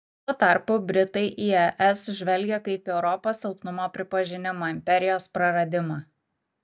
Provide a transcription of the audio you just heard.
tuo tarpu britai į es žvelgia kaip į europos silpnumo pripažinimą imperijos praradimą